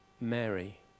Mary